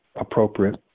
appropriate